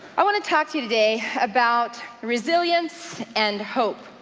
i want to talk to you today about resilience and hope,